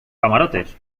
camarotes